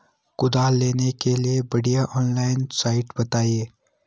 कुदाल लेने के लिए बढ़िया ऑनलाइन साइट बतायें?